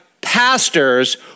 pastors